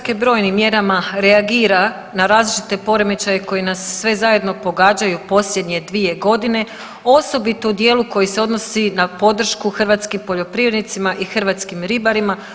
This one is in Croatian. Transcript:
Vlada RH brojnim mjerama reagira na različite poremećaje koji nas sve zajedno pogađaju u posljednje 2.g., osobito u dijelu koji se odnosi na podršku hrvatskim poljoprivrednicima i hrvatskim ribarima.